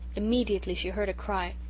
immediately she heard a cry.